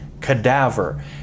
cadaver